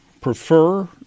prefer